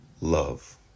love